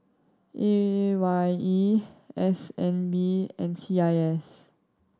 A Y E S N B and C I S